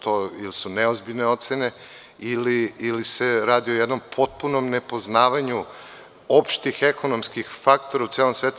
To su neozbiljne ocene ili se radi se o jednom potpunom nepoznavanju opštih ekonomskih faktora u celom svetu.